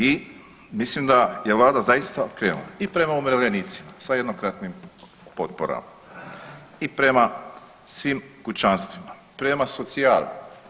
I mislim da je vlada zaista krenula i prema umirovljenicima sa jednokratnim potporama i prema svim kućanstvima i prema socijali.